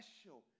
special